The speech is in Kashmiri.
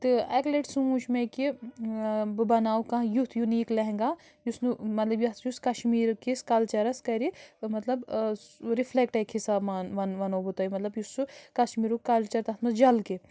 تہٕ اَکہِ لَٹہِ سوٗنٛچ مےٚ کہِ بہٕ بَناو کانٛہہ یُتھ یُنیٖک لیٚہنٛگا یُس نہٕ مطلب یَس یُس کشمیٖرکِس کلچرس کَرِ مطلب رِفلٮ۪کٹ اَکہِ حِساب مان وَن ونو بہٕ تۄہہِ مطلب یُس سُہ کشمیٖرُک کلچر تَتھ منٛز جلکہِ